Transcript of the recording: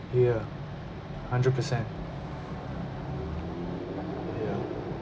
ya hundred percent ya